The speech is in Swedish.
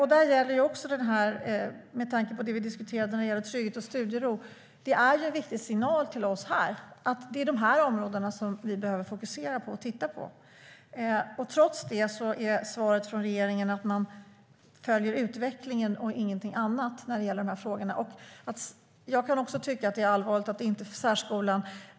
Med tanke på det som vi diskuterade när det gäller trygghet och studiero är det en viktig signal till oss här att det är dessa områden som vi behöver titta på och fokusera på. Trots det är svaret från regeringen att man följer utvecklingen och ingenting annat när det gäller dessa frågor.